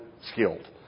skilled